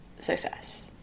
success